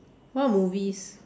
what movies